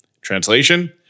Translation